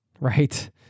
right